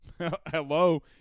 Hello